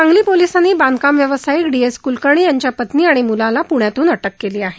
सांगली पोलिसांनी बांधकाम व्यावसायिक डी एस कुलकर्णी यांच्या पत्नी आणि मुलाला पृण्यातून अटक केली आहे